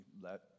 let